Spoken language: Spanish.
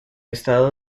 estado